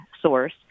source